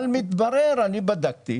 אבל מתברר אני בדקתי